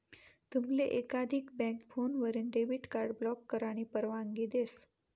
तुमले एकाधिक बँक फोनवरीन डेबिट कार्ड ब्लॉक करानी परवानगी देस